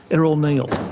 errol neal.